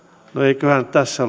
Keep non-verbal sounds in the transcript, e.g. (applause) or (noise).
eiköhän tässä (unintelligible)